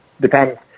depends